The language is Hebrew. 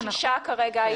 שלושה כאלה, נכון?